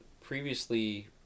previously